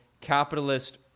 capitalist